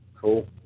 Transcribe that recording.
Cool